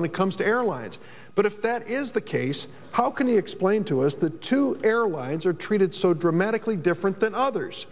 when it comes to airlines but if that is the case how can he explain to us the two airlines are treated so dramatically different than others